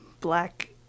black